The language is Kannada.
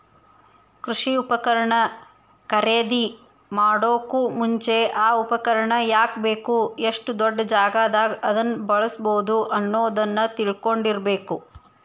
ಕೃಷಿ ಉಪಕರಣ ಖರೇದಿಮಾಡೋಕು ಮುಂಚೆ, ಆ ಉಪಕರಣ ಯಾಕ ಬೇಕು, ಎಷ್ಟು ದೊಡ್ಡಜಾಗಾದಾಗ ಅದನ್ನ ಬಳ್ಸಬೋದು ಅನ್ನೋದನ್ನ ತಿಳ್ಕೊಂಡಿರಬೇಕು